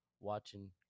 watching